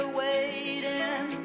waiting